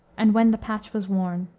and when the patch was worn,